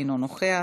אינו נוכח,